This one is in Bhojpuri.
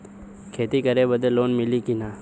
खेती करे बदे लोन मिली कि ना?